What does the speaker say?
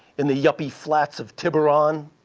in the yuppie flats of tiburon,